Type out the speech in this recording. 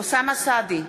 אוסאמה סעדי,